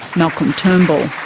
malcolm turnbull.